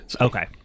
Okay